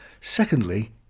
Secondly